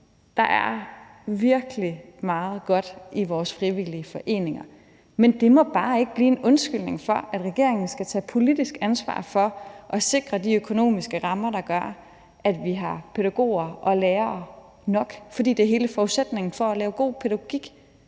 Der er virkelig meget godt i vores frivillige foreninger, men det må bare ikke blive en undskyldning – regeringen skal tage politisk ansvar for at sikre de økonomiske rammer, der gør, at vi har pædagoger og lærere nok, for det er hele forudsætningen for at lave god pædagogik.